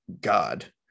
God